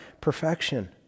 perfection